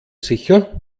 sicher